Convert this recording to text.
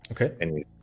Okay